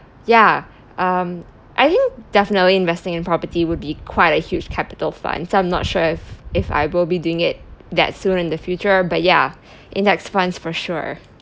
ya um I think definitely investing in property would be quite a huge capital fund so I'm not sure if if I will be doing it that soon in the future but ya index funds for sure